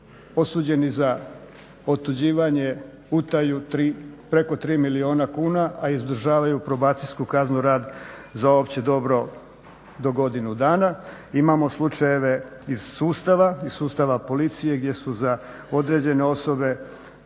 osuđeni za otuđivanje, utaju preko 3 milijuna kuna, a izdržavaju probacijsku kaznu rad za opće dobro do godinu dana. Imamo slučajeve iz sustava, iz sustava policije gdje su određene osobe